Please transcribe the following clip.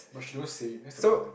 but she don't say it that's the problem